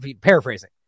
paraphrasing